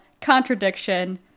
Contradiction